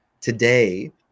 today